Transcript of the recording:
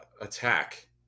attack